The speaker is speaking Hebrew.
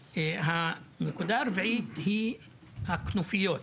נקודה נוספת היא נושא הכנופיות,